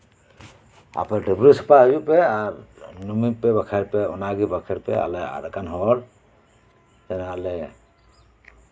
ᱟᱯᱮ ᱰᱟᱹᱵᱽᱨᱟᱹ ᱥᱟᱯᱟ ᱦᱤᱡᱩᱜ ᱯᱮ ᱧᱩᱢ ᱯᱮ ᱵᱟᱠᱷᱟᱱ ᱚᱱᱟᱜᱮ ᱵᱟᱸᱠᱷᱮᱲᱯᱮ ᱵᱟᱠᱷᱟᱱ ᱟᱫ ᱟᱠᱟᱱ ᱦᱚᱲ ᱡᱮᱢᱚᱱᱞᱮ